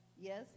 Yes